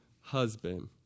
husband